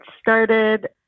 started